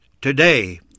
today